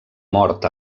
mort